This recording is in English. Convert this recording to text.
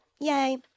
Yay